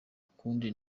kundi